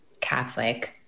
Catholic